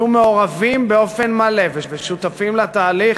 יהיו מעורבים באופן מלא ושותפים לתהליך,